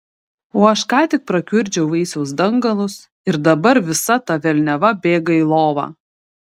o aš ką tik prakiurdžiau vaisiaus dangalus ir dabar visa ta velniava bėga į lovą